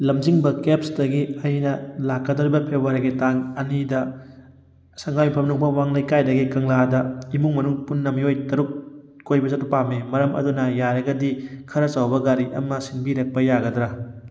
ꯂꯝꯖꯤꯡꯕ ꯀꯦꯕꯁꯇꯒꯤ ꯑꯩꯅ ꯂꯥꯛꯀꯗꯧꯔꯤꯕ ꯐꯦꯕꯋꯥꯔꯤꯒꯤ ꯇꯥꯡ ꯑꯅꯤꯗ ꯁꯪꯒꯥꯏꯌꯨꯝꯐꯝ ꯅꯨꯡꯐꯧ ꯃꯃꯥꯡ ꯂꯩꯀꯥꯏꯗꯒꯤ ꯀꯪꯂꯥꯗ ꯏꯃꯨꯡ ꯃꯅꯨꯡ ꯄꯨꯟꯅ ꯃꯤꯑꯣꯏ ꯇꯔꯨꯛ ꯀꯣꯏꯕ ꯆꯠꯄ ꯄꯥꯝꯃꯤ ꯃꯔꯝ ꯑꯗꯨꯅ ꯌꯥꯔꯒꯗꯤ ꯈꯔ ꯆꯥꯎꯕ ꯒꯥꯔꯤ ꯑꯃ ꯁꯤꯟꯕꯤꯔꯛꯄ ꯌꯥꯒꯗ꯭ꯔꯥ